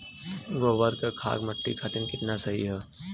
गोबर क खाद्य मट्टी खातिन कितना सही ह?